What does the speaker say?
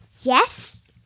Yes